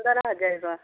ହଜାର ଟଙ୍କା